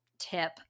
tip